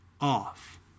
off